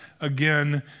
again